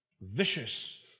vicious